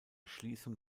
schließung